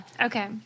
Okay